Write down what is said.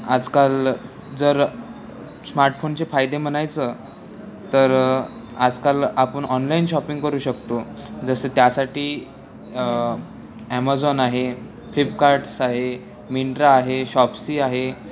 आजकाल जर स्मार्टफोनचे फायदे म्हणायचं तर आजकाल आपण ऑनलाईन शॉपिंग करू शकतो जसं त्यासाठी ॲमेझॉन आहे फ्लिपकार्ट्स आहे मिंट्रा आहे शॉप्सी आहे